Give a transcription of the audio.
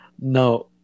No